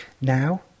now